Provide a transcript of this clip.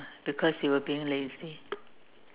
because you were being lazy